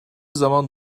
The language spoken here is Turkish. zaman